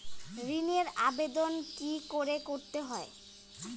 ঋণের আবেদন কি করে করতে হয়?